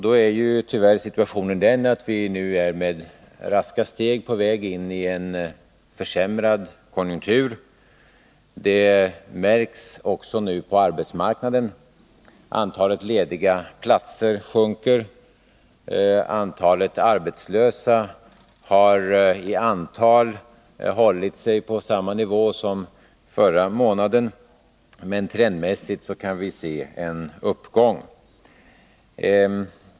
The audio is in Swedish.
Tyvärr är situationen den att vi nu med raska steg är på väg in i en försämrad konjunktur. Det märks också nu på arbetsmarknaden. Antalet lediga platser sjunker. Antalet arbetslösa har hållit sig på samma nivå som förra månaden, men trendmässigt kan vi se en uppgång.